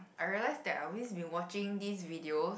I realise that I always been watching these videos